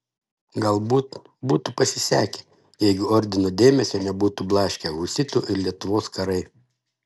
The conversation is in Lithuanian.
galbūt būtų pasisekę jeigu ordino dėmesio nebūtų blaškę husitų ir lietuvos karai